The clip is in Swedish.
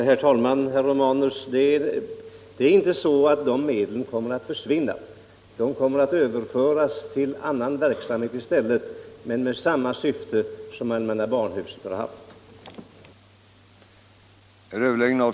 Herr talman! Det är inte så att medlen kommer att försvinna, herr Romanus. De kommer att överföras till annan verksamhet med samma syfte som allmänna barnhuset har haft. den det ej vill röstar nej.